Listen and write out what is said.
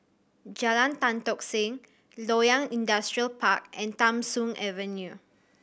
Jalan Tan Tock Seng Loyang Industrial Park and Tham Soong Avenue